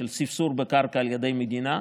של ספסור בקרקע על ידי המדינה,